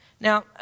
Now